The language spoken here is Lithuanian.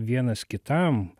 vienas kitam